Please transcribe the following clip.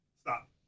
Stop